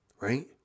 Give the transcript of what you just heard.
Right